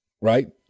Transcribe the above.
Right